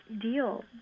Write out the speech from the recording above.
deal